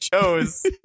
chose